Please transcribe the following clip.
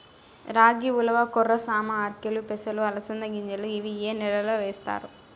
రాగి, ఉలవ, కొర్ర, సామ, ఆర్కెలు, పెసలు, అలసంద గింజలు ఇవి ఏ నెలలో వేస్తారు?